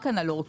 זה